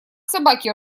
собаки